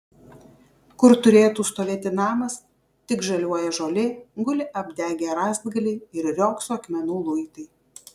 kur turėtų stovėti namas tik žaliuoja žolė guli apdegę rąstgaliai ir riogso akmenų luitai